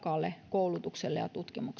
koulutukselle ja tutkimukselle